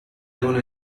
devono